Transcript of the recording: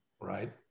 right